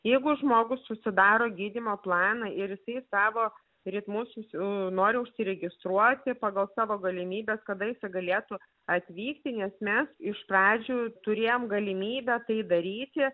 jeigu žmogus susidaro gydymo planą ir jisai savo ritmu susi nori užsiregistruoti pagal savo galimybes kada jisai galėtų atvykti nes mes iš pradžių turėjom galimybę tai daryti